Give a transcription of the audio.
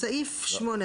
(6)בסעיף 8,